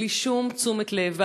בלי שום תשומת לב,